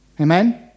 Amen